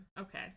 Okay